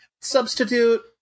Substitute